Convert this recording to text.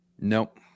Nope